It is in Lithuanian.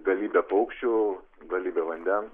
galybė paukščių galybė vandens